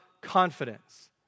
confidence